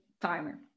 timer